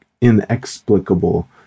inexplicable